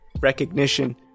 recognition